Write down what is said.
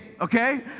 okay